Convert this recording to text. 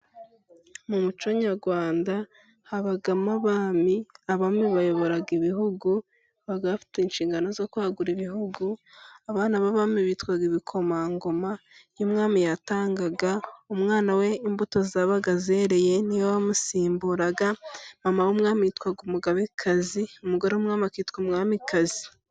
Mu muco nyarwanda habagamo abami. Abami bayoboraga ibihugu bagaga bafite inshingano zo kwagura ibihugu. Abana b'abami bitwaga ibikomangoma iyo umwami yatangaga, umwana we imbuto zabaga zereye ni we wamusimburaga. Mama w'umwami yitwaga umugabekazi, umugore w'umwami akitwa umwamikazi.